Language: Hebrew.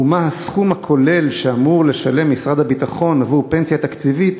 ומה הוא הסכום הכולל שאמור לשלם משרד הביטחון עבור פנסיה תקציבית